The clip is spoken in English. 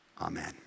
Amen